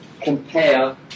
compare